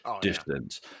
distance